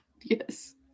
yes